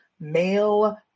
male